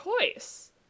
choice